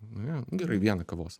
nu jo gerai vieną kavos